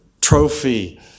trophy